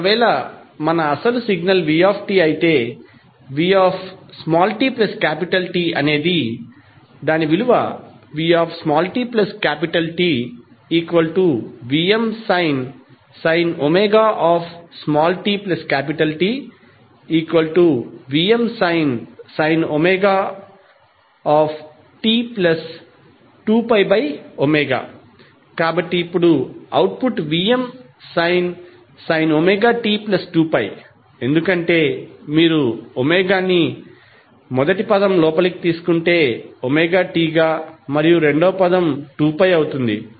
ఒకవేళ మన అసలు సిగ్నల్ v అయితే vtTఅనేది vtTVmsin tT Vmsin t2ω కాబట్టి ఇప్పుడు అవుట్పుట్ Vmsin ωt2π ఎందుకంటే మీరు ని మొదటి పదం లోపలికి తీసుకుంటే t గా మరియు రెండవ పదం 2π అవుతుంది